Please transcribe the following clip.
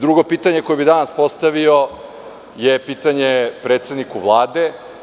Drugo pitanje koje bih danas postavio je pitanje predsedniku Vlade.